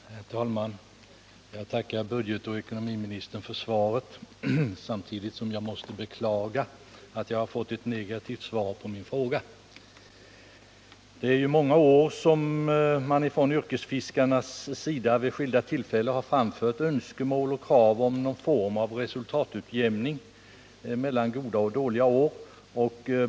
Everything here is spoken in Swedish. Herr talman! Jag tackar budgetoch ekonomiministern för svaret, samtidigt som jag beklagar att jag fått ett negativt svar på min fråga. Under många år och vid flera tillfällen har från yrkesfiskarna framförts önskemål om och krav på någon form av resultatutjämning mellan goda och dåliga år.